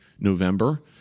November